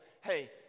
hey